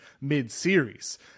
mid-series